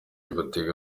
batega